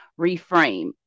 reframe